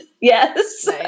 Yes